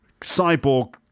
Cyborg